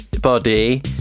body